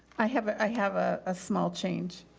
i have ah i have a small change,